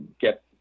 get